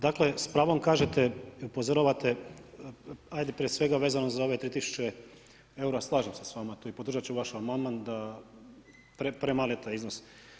Dakle s pravom kažete, upozoravate ajde prije svega vezano za ove 3000 eura, slažem se s vama i podržat ću vaš amandman da je premal taj iznos.